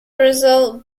result